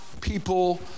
people